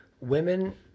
women